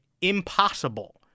impossible